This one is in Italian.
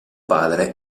padre